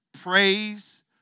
praise